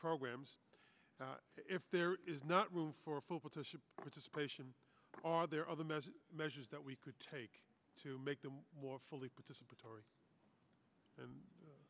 programs if there is not room for full petition participation or there are other measures measures that we could take to make them more fully participatory and